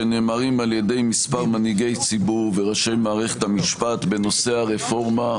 שנאמרים על ידי מספר מנהיגי ציבור וראשי מערכת המשפט בנושא הרפורמה,